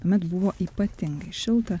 tuomet buvo ypatingai šilta